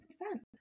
percent